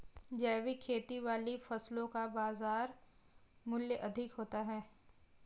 जैविक खेती वाली फसलों का बाजार मूल्य अधिक होता है